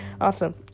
Awesome